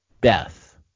Beth